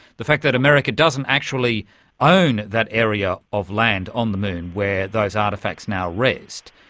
the fact that america doesn't actually own that area of land on the moon where those artefacts now rest,